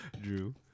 Drew